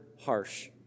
harsh